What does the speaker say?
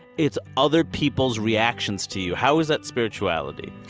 it's other people's reactions to you. how is that spirituality?